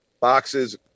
boxes